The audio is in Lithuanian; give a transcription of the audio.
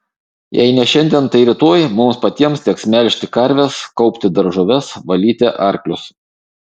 jei ne šiandien tai rytoj mums patiems teks melžti karves kaupti daržoves valyti arklius